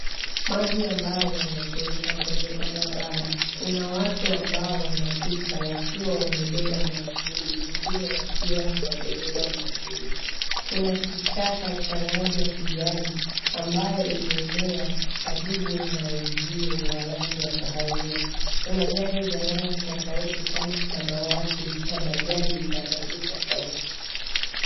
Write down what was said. Maji ambayo yamefurika kwenye barabara. Kuna watu ambao wanapita wakiwa wamebeba mwavuli wengine wakiwa hawajabeba mwavuli. Kuna kichaka cha rangi ya kijani ambayo imemea karibu na uzio wa rangi ya kahawia. Kuna gari za rangi tofauti kama samawati, na bajaji za rangi tofauti.